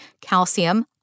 calcium